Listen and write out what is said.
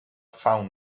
found